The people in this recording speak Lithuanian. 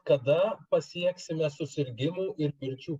kada pasieksime susirgimų ir mirčių